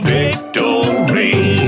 victory